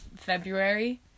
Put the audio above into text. February